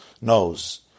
knows